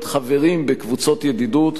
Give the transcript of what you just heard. להיות חברים בקבוצות ידידות